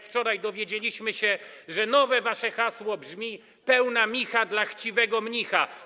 Wczoraj dowiedzieliśmy się, że wasze nowe hasło brzmi: pełna micha dla chciwego mnicha.